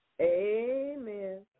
Amen